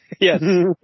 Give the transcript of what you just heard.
Yes